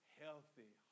healthy